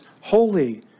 holy